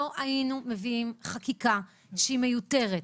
לא היינו מביאים חקיקה שהיא מיותרת.